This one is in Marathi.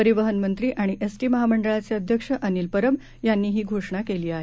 परिवहन मंत्री आणि एसटी महामंडळाचे अध्यक्ष अनिल परब यांनी ही घोषणा केली आहे